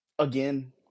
Again